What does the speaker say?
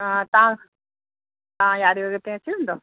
हा तव्हां तव्हां यारहें वॻे ताईं अची वेंदव